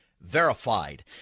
verified